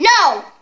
No